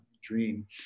dream